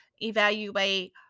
evaluate